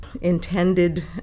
intended